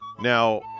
Now